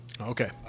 Okay